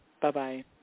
Bye-bye